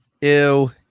Ew